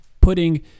putting